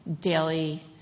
Daily